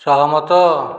ସହମତ